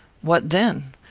what then?